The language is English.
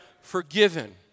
forgiven